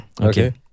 Okay